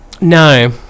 No